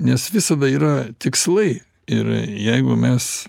nes visada yra tikslai ir jeigu mes